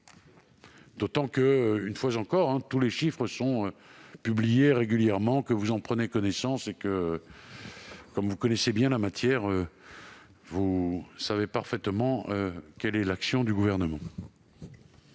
d'autant que, je le répète, tous les chiffres sont publiés régulièrement, vous en prenez connaissance et, comme vous connaissez bien la matière, vous savez parfaitement quelle est l'action du Gouvernement.